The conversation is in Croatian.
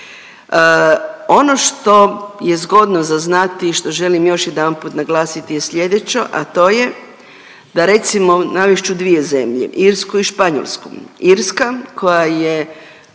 Ono što je zgodno za znati i što želim još jedanput naglasiti je slijedeće, a to je da recimo, navest ću dvije zemlje Irsku i Španjolsku. Irska, koja je